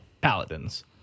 paladins